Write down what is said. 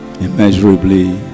immeasurably